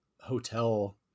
hotel